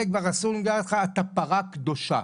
כבר אסור להם לגעת בך ואתה פרה קדושה..".